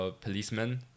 Policemen